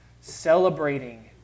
celebrating